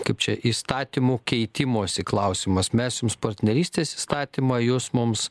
kaip čia įstatymų keitimosi klausimas mes jums partnerystės įstatymą jūs mums